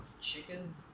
chicken